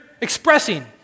expressing